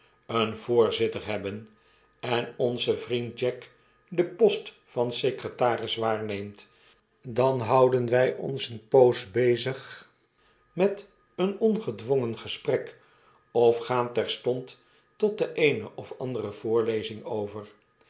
een voorzitter hebben en onze vriend jack den post van secretaris waarneemt dan houden wy ons eene poos bezig met een ongedwongen gesprek of gaan terstond tot de eene of andere voorlezing over